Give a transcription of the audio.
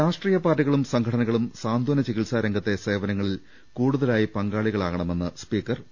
രാഷ്ട്രീയ പാർട്ടികളും സംഘടനകളും സാന്ത്വന ചികിത്സാ രംഗത്തെ സേവനങ്ങളിൽ കൂടുതലായി പങ്കാളികളാവണമെന്ന് സ്പീക്കർ പി